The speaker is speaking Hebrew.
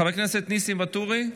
חבר הכנסת ולדימיר בליאק,